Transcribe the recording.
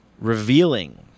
revealing